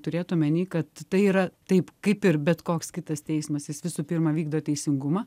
turėt omeny kad tai yra taip kaip ir bet koks kitas teismas jis visų pirma vykdo teisingumą